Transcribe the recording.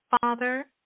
father